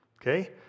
Okay